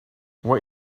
what